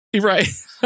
right